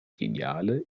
geniale